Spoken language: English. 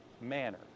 manner